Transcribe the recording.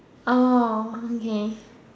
oh okay